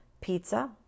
pizza